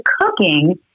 cooking